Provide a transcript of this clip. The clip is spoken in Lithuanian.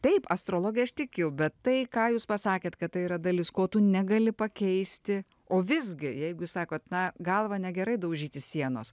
taip astrologai aš tikiu bet tai ką jūs pasakėt kad tai yra dalis ko tu negali pakeisti o visgi jeigu jūs sakot na galva negerai daužyti sienos